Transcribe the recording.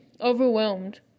overwhelmed